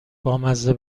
بامزه